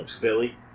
Billy